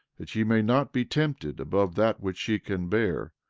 that ye may not be tempted above that which ye can bear,